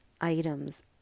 items